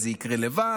זה יקרה לבד,